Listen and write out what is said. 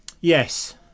Yes